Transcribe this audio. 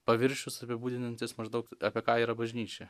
paviršius apibūdinantis maždaug apie ką yra bažnyčia